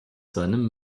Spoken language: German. seinem